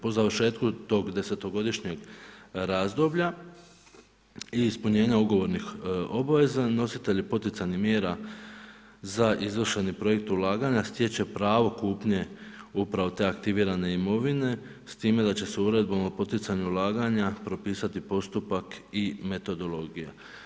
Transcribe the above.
Po završetku tog desetogodišnjeg razdoblja i ispunjenja ugovornih obveza nositelji poticajnih mjera za izvršeni projekt ulaganja stječe pravo kupnje upravo te aktivirane imovine s time da će se uredbom o poticanju ulaganja propisati postupak i metodologija.